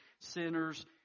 Sinners